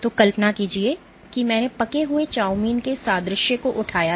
तो कल्पना कीजिए कि मैंने पके हुए चाउमीन के इस सादृश्य को उठाया था